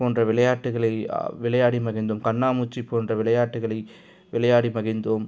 போன்ற விளையாட்டுக்களை விளையாடி மகிழ்ந்தோம் கண்ணாமூச்சி போன்ற விளையாட்டுக்களை விளையாடி மகிழ்ந்தோம்